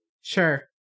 Sure